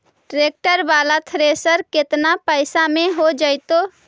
Tractor बाला thresher केतना पैसा में हो जैतै?